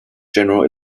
general